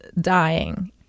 dying